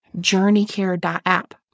journeycare.app